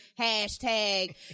hashtag